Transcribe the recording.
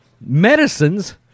medicines